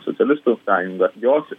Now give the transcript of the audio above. socialistų sąjunga jos